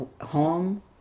home